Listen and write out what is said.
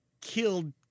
killed